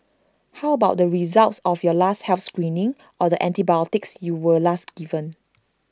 how about the results of your last health screening or the antibiotics you were last given